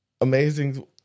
amazing